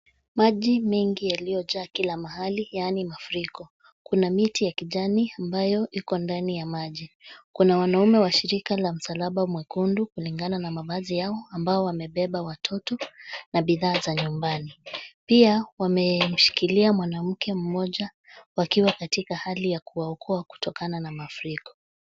Maji mengi yaliyojaa kila mahali yaani mafuriko, kuna miti ya kijani ambayo iko ndani ya maji, kuna wanaume wa shirika la msalaba mwekundu kulingana na mavazi yao, ambao wamebeba watoto na bidhaa za nyumbani. Pia, wamemshilikilia mwanamke mmoja wakiwa katika hali ya kuwaokoa kutokana na hali ya mafuriko.